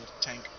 tank